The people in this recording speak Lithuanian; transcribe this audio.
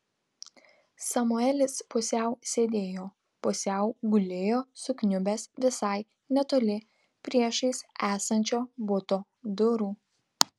samuelis pusiau sėdėjo pusiau gulėjo sukniubęs visai netoli priešais esančio buto durų